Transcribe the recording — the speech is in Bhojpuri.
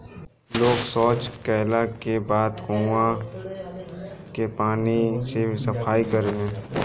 लोग सॉच कैला के बाद कुओं के पानी से सफाई करेलन